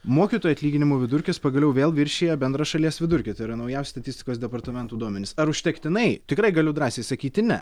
mokytojų atlyginimų vidurkis pagaliau vėl viršija bendrą šalies vidurkį tai yra naujausi statistikos departamento duomenys ar užtektinai tikrai galiu drąsiai sakyti ne